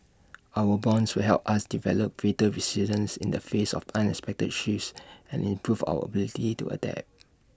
our bonds will help us develop greater resilience in the face of unexpected shifts and improve our ability to adapt